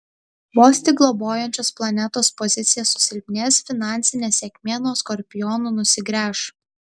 vos tik globojančios planetos pozicija susilpnės finansinė sėkmė nuo skorpionų nusigręš